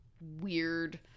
weird